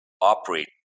operate